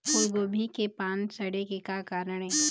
फूलगोभी के पान सड़े के का कारण ये?